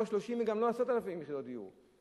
לא 30,000 וגם לא 10,000 יחידות דיור.